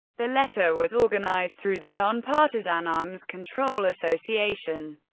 the letter was organized through the nonpartisan arms control association.